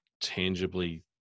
tangibly